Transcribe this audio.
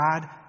God